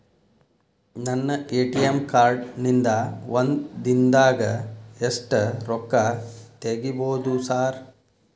ನನ್ನ ATM card ನಿಂದಾ ಒಂದ್ ದಿಂದಾಗ ಎಷ್ಟ ರೊಕ್ಕಾ ತೆಗಿಬೋದು ಸಾರ್?